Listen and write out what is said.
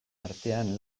artean